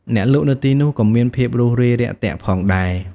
អ្នកលក់នៅទីនោះក៏មានភាពរួសរាយរាក់ទាក់ផងដែរ។